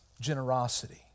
generosity